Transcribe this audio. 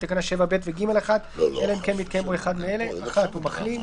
תקנה 7(ב) ו-(ג1) אלא אם כן מתקיים בו אחד מאלה: הוא מחלים,